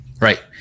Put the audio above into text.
Right